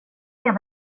vad